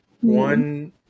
one